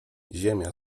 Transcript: ziemia